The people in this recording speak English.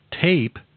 tape